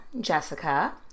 Jessica